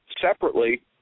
separately